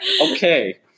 Okay